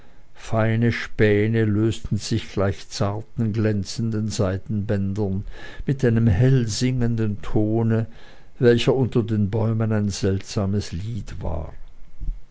feine späne lösten sich gleich zarten glänzenden seidenbändern und mit einem hell singenden tone welcher unter den bäumen ein seltsames lied war